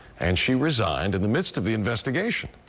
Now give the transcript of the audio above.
and she resigned in the midst of the investigator.